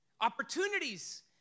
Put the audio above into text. Opportunities